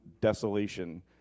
desolation